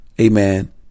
amen